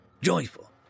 joyful